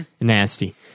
Nasty